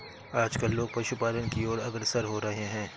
आजकल लोग पशुपालन की और अग्रसर हो रहे हैं